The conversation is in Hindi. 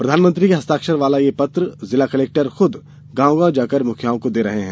प्रधानमंत्री के हस्ताक्षर वाले ये पत्र जिला कलेक्टर खुद गांव गांव जाकर मुखियाओं को दे रहे हैं